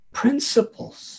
principles